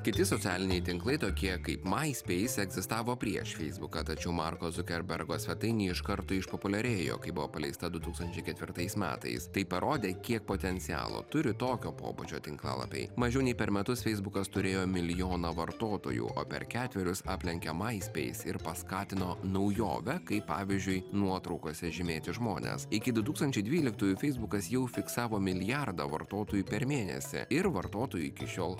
kiti socialiniai tinklai tokie kaip myspace egzistavo prieš feisbuką tačiau marko zukerbergo svetainė iš karto išpopuliarėjo kai buvo paleista du tūkstančiai ketvirtais metais tai parodė kiek potencialo turi tokio pobūdžio tinklalapiai mažiau nei per metus feisbukas turėjo milijoną vartotojų o per ketverius aplenkė myspace ir paskatino naujovę kaip pavyzdžiui nuotraukose žymėti žmones iki du tūkstančiai dvyliktųjų feisbukas jau fiksavo milijardą vartotojų per mėnesį ir vartotojai iki šiol